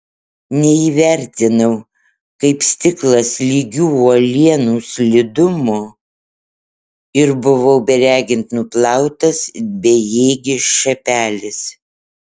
neįvertinau kaip stiklas lygių uolienų slidumo ir buvau beregint nuplautas it bejėgis šapelis